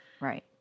Right